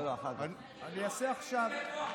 אני רוצה עכשיו.